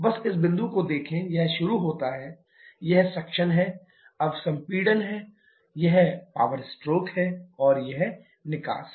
बस इस बिंदु को देखो यह शुरू होता है यह सक्शन है अब संपीड़न है यह पावर स्ट्रोक है और अब यह निकास है